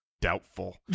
Doubtful